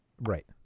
Right